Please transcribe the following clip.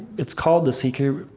it's called the seeker,